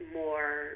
more